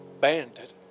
Bandit